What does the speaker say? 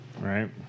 Right